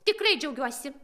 tikrai džiaugiuosi